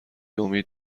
امید